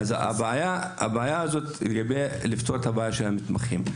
צריך לפתור את בעיית המתמחים.